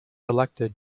elected